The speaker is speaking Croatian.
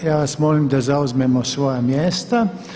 Ja vas molim da zauzmemo svoja mjesta.